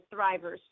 thrivers